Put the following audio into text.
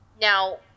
Now